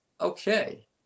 okay